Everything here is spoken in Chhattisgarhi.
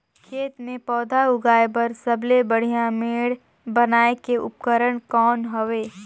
खेत मे पौधा उगाया बर सबले बढ़िया मेड़ बनाय के उपकरण कौन हवे?